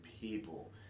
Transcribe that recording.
people